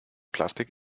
plastik